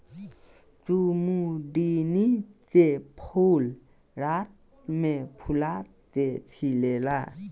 कुमुदिनी के फूल रात में फूला के खिलेला